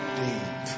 deep